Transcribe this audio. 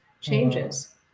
changes